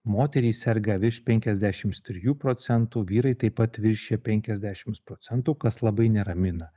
moterys serga virš penkiasdešimt trijų procentų vyrai taip pat viršija penkiasdešimt procentų kas labai neramina